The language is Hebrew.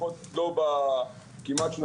המאבטח יכול לחכות ביציאה בשער השלשלת וללוות